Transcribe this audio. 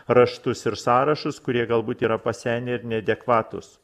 raštus ir sąrašus kurie galbūt yra pasenę ir neadekvatūs